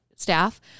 staff